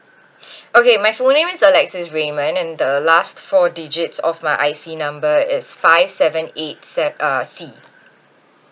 okay my full name is alexis raymond and the last four digits of my I_C number is five seven eight se~ uh C